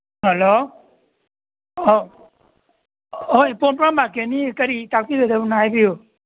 hello ꯑꯧ ꯑꯧ ꯄꯣꯔꯣꯝꯄꯥꯠ ꯃꯥꯔꯀꯦꯠꯅꯤ ꯀꯔꯤ ꯇꯥꯛꯄꯤꯒꯗꯕꯅꯣ ꯍꯥꯏꯕꯤꯌꯨ